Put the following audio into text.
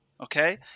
okay